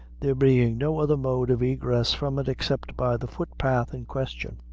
there being no other mode of egress from it except by the footpath in question.